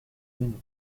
minute